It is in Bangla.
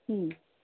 হুম